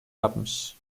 yapmış